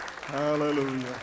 Hallelujah